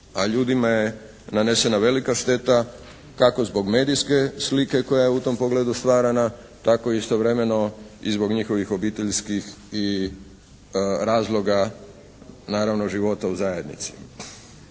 a ljudima je nanesena velika šteta kako zbog medijske slike koja je u tom pogledu stvarana tako istovremeno i zbog njihovih obiteljskih razloga naravno života u zajednici.